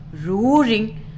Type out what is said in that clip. roaring